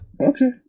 Okay